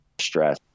stress